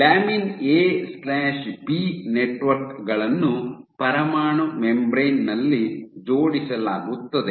lamin A B lamin AB network ಗಳನ್ನು ಪರಮಾಣು membrane ನಲ್ಲಿ ಜೋಡಿಸಲಾಗುತ್ತದೆ